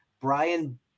Brian